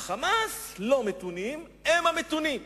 ה"חמאס" לא מתונים, הם המתונים.